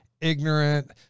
ignorant